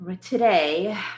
Today